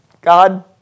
God